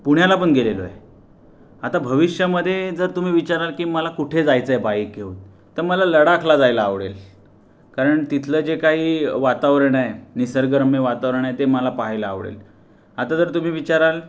पुण्याला पण गेलेलो आहे आता भविष्यामध्ये जर तुम्ही विचाराल की मला कुठे जायचं आहे बाईक घेऊन तर मला लडाखला जायला आवडेल कारण तिथलं जे काही वातावरण आहे निसर्गरम्य वातावरण आहे ते मला पाहायला आवडेल आता जर तुम्ही विचाराल